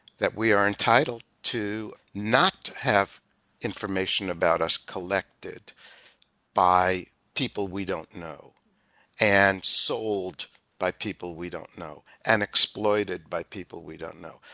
that we are entitled not have information about us collected by people we don't know and sold by people we don't know and exploited by people we don't know.